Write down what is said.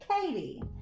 Katie